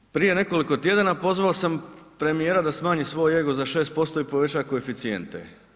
Dakle, prije nekoliko tjedana pozvao sam premijera da smanji svoj ego za 6% i poveća koeficijente.